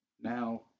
Now